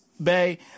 Bay